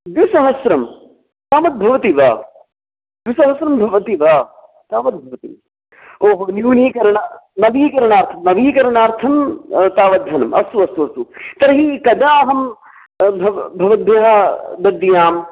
द्विसहस्रं तावद्भवति वा द्विसहस्रं भवति वा तावद्भवति ओहो न्यूनीकरणं नवीकरणार्थं नवीकरणार्थं तावद्धनम् अस्तु अस्तु अस्तु तर्हि कदा अहं भव् भवद्भ्यः दद्याम्